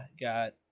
got